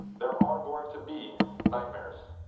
there are going to be nightmares.